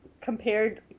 compared